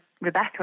Rebecca